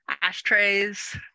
Ashtrays